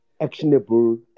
actionable